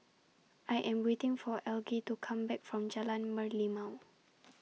I Am waiting For Algie to Come Back from Jalan Merlimau